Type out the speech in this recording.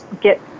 get